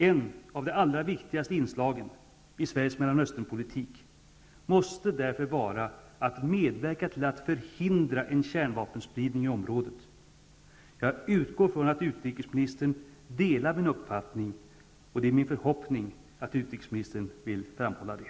Ett av de allra viktigaste inslagen i Sveriges Mellanösternpolitik måste därför vara att medverka till att förhindra en kärnvapenspridning i området. Jag utgår från att utrikesministern delar min uppfattning, och det är min förhoppning att utrikesministern vill framhålla det.